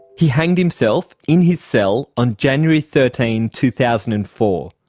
he hanged himself in his cell on january thirteen, two thousand and four,